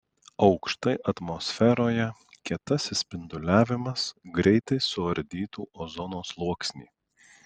aukštai atmosferoje kietasis spinduliavimas greitai suardytų ozono sluoksnį